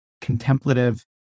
contemplative